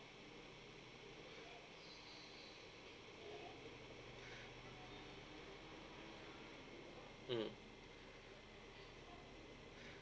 mm